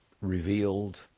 revealed